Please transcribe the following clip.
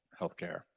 healthcare